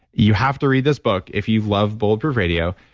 you have to read this book if you've loved bulletproof radio,